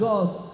God